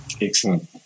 Excellent